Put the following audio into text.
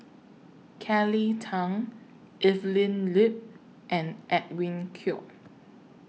Kelly Tang Evelyn Lip and Edwin Koek